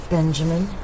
Benjamin